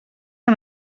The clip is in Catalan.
que